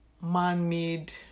man-made